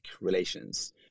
relations